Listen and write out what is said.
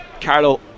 Carlo